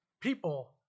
people